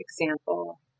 example